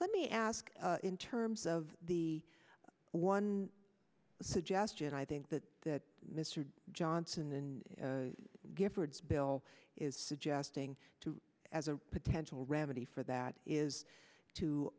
let me ask in terms of the one suggestion i think that that mr johnson than giffords bill is suggesting to as a potential remedy for that is to